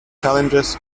challenges